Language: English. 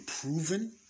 proven